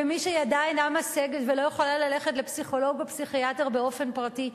ומי שידה אינה משגת ולא יכולה ללכת לפסיכולוג או פסיכיאטר באופן פרטי,